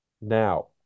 now